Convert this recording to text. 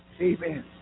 Amen